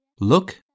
Look